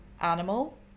animal